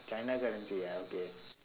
china currency ah okay